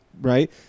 right